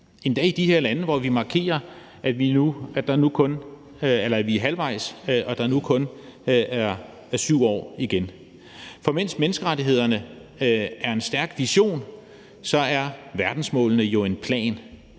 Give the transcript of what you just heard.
endda i de her lande, hvor vi markerer, at vi er halvvejs, og at der nu kun er 7 år igen. For mens menneskerettighederne er en stærk vision, er verdensmålene jo en plan.